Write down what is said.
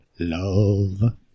Love